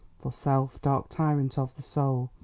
for self, dark tyrant of the soul,